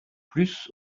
plus